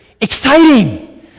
exciting